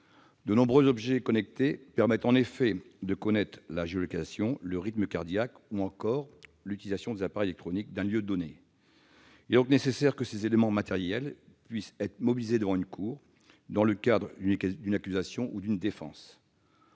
De nombreux objets connectés permettent en effet de connaître la géolocalisation, le rythme cardiaque, ou encore l'utilisation des appareils électroniques d'un lieu donné. Il est donc nécessaire que ces éléments matériels puissent être mobilisés devant une cour, dans le cadre d'une accusation ou d'une défense.